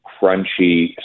crunchy